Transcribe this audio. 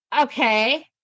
okay